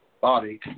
Body